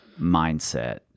Mindset